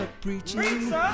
preaching